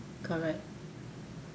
ya correct